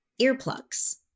earplugs